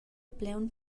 plaun